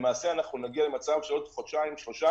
אנחנו נגיע למצב שבעוד חודשיים-שלושה,